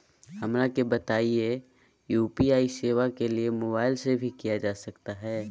हमरा के बताइए यू.पी.आई सेवा के लिए मोबाइल से भी किया जा सकता है?